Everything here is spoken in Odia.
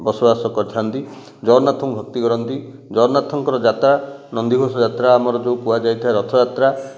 ବସବାସ କରିଥାନ୍ତି ଜଗନ୍ନାଥଙ୍କୁ ଭକ୍ତି କରନ୍ତି ଜଗନ୍ନାଥଙ୍କର ଯାତ୍ରା ନନ୍ଦୀଘୋଷ ଯାତ୍ରା ଆମର ଯେଉଁ କୁହାଯାଇଥାଏ ରଥଯାତ୍ରା